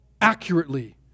accurately